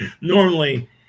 normally